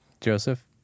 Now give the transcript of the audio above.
Joseph